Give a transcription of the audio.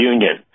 Union